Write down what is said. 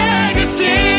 Legacy